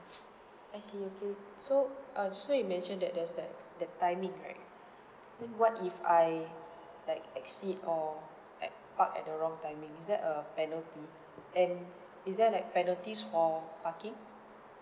I see okay so uh just now you mentioned that there's like the timing right what if I like exceed or at park at the wrong timing is there a penalty and is there like penalties for parking